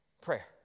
Prayer